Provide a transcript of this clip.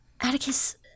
Atticus